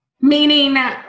Meaning